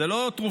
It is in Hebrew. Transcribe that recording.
זה לא תרופות,